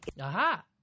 Aha